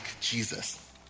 Jesus